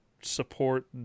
support